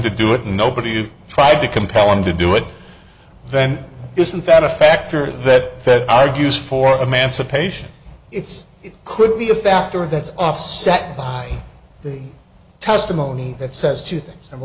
to do it nobody is tried to compel him to do it then isn't that a factor that fed argues for emancipation it's it could be a factor that's offset by the testimony that says two things number